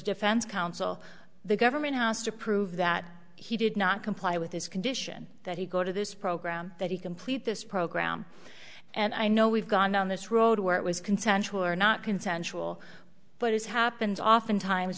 defense counsel the government has to prove that he did not comply with his condition that he go to this program that he complete this program and i know we've gone down this road where it was consensual or not consensual but as happens often times